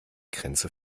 grenze